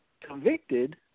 Convicted